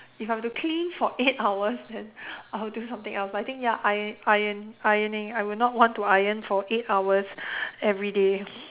if I have to clean for eight hours then I'll do something else but I think ya iron iron ironing I would not want to iron for eight hours everyday